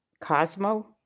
Cosmo